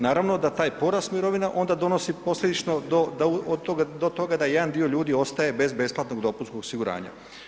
Naravno da taj porast mirovina onda donosi posljedično do toga da jedan dio ljudi ostaje bez besplatnog dopunskog osiguranja.